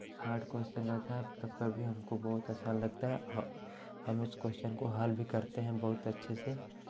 hard question रहता है तब पर भी हमको बहुत आसान लगता है हम हम उस क्वेस्चन को हल भी करते हैं बहुत अच्छे से